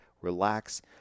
relax